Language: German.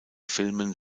filmen